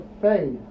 faith